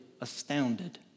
astounded